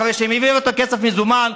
אחרי שהם העבירו כסף מזומן,